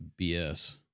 BS